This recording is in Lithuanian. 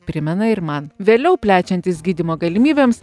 primena ir man vėliau plečiantis gydymo galimybėms